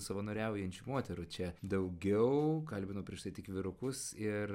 savanoriaujančių moterų čia daugiau kalbinau prieš tai tik vyrukus ir